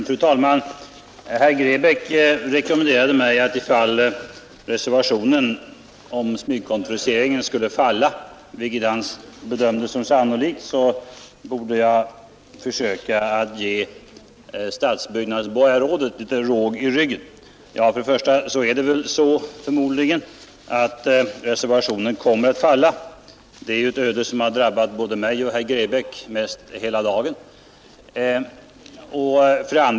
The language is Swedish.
Fru talman! Herr Grebäck rekommenderar mig att, ifall reservationen om smygkontoriseringen skulle falla — vilket han bedömt som sannolikt — försöka ge stadsbyggnadsborgarrådet litet råg i ryggen. Ja, reservationen kommer förmodligen att falla. Det är ett öde som drabbat både mig och herr Grebäck mest hela dagen.